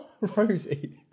Rosie